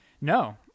No